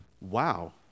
wow